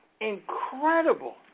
incredible